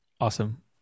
awesome